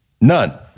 None